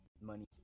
money